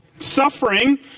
Suffering